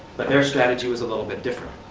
but their strategy was a little bit different.